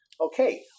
Okay